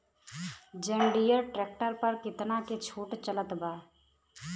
जंडियर tractor पर कितना के छूट चलत बा?